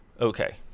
Okay